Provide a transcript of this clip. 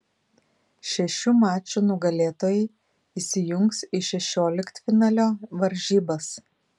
šešių mačų nugalėtojai įsijungs į šešioliktfinalio varžybas